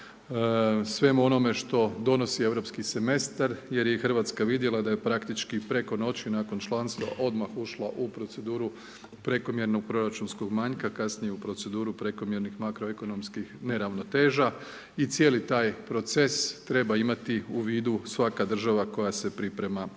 svemu onome što donosi europski semestar jer je i Hrvatska vidjela da je praktički preko noći, nakon članstva odmah ušla u proceduru prekomjernog proračunskog manjka, kasnije u proceduru prekomjernih makroekonomskih neravnoteža. I cijeli taj proces treba imati u vidu, svaka država koja se priprema